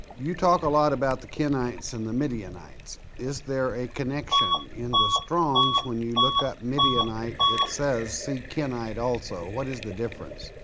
you talk a lot about the kenites and the midianites, is there a connection? in the strong's when you look up midianite it says see kenite also, what is the difference.